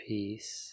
Peace